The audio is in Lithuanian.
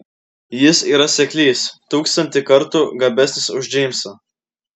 jis yra seklys tūkstantį kartų gabesnis už džeimsą